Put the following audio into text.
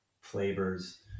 flavors